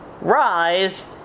rise